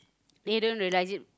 they don't realise it